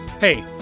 Hey